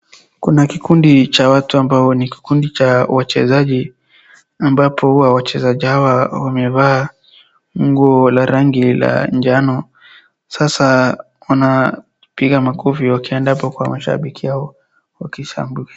Kuna kikundi cha watu ambao ni kikundi cha wachezaji ,ambapo huwa wachezaji hawa wamevaa nguo la rangi la njano sasa wanapiga makofi wakienda hapo kwa mashabiki wao wakishabikia.